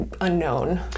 unknown